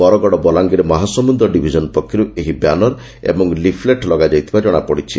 Bargarh Balangir Mahasamund division ପକ୍ଷରୁ ଏହି banner ଏବଂ ଲିଫ୍ଲେଟ ଲଗାଯାଇଥିବା ଜଣାପଡିଛି